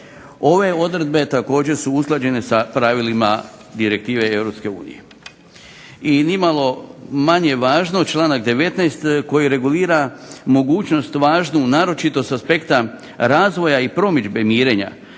Ove odredbe također su usklađene sa pravilima direktive Europske unije. I nimalo manje važno, članak 19. koji regulira mogućnost važnu naročito s aspekta razvoja i promidžbe mirenja,